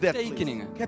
tekeningen